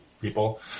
people